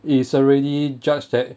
is already judged that